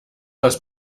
das